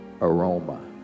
aroma